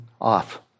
off